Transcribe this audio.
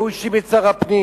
הוא האשים את שר הפנים,